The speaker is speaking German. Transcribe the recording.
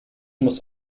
muss